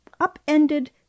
upended